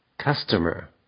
customer